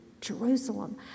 Jerusalem